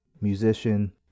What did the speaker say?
musician